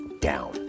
down